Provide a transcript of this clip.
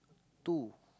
two